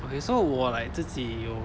okay so 我 like 自己有